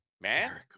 Man